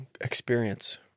experience